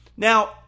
Now